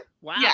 Wow